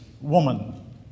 woman